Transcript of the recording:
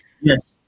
yes